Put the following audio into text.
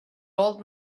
old